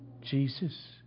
Jesus